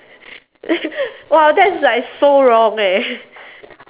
!wow! that's like so wrong eh